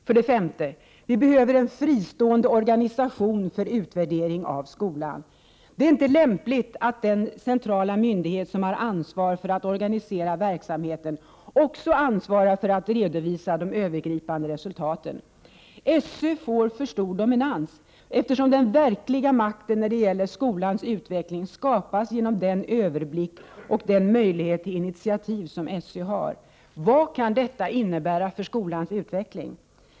5. Vi behöver en fristående organisation för utvärdering av skolan. Det är inte lämpligt att den centrala myndighet som har ansvar för att organisera verksamheten också ansvarar för att redovisa de övergripande resultaten. SÖ får för stor dominans, eftersom den verkliga makten när det gäller skolans utveckling skapas genom den överblick och möjlighet till initiativ SÖ har. Vad kan detta innebära för skolans utveckling?